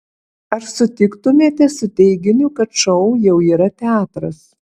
ar sutiktumėte su teiginiu kad šou jau yra teatras